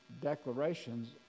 declarations